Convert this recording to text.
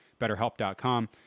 betterhelp.com